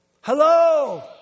Hello